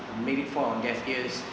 maybe fall on deaf ears